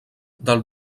del